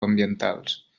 ambientals